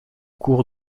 cours